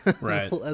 Right